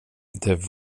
det